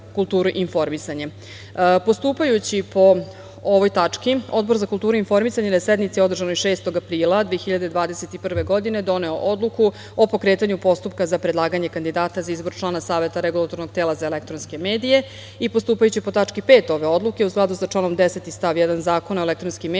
po ovoj tački, Odbor za kulturu i informisanje, na sednici održanoj 6. aprila 2021. godine, doneo je Odluku o pokretanju postupka za predlaganje kandidata za izbor člana Saveta Regulatornog tela za elektronske medije i, postupajući po tački 5. ove odluke, u skladu sa članom 10. stav 1. Zakona o elektronskim medijima,